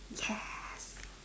yes